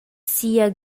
sia